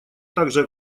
также